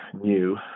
new